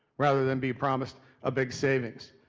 rather than being promised a big savings.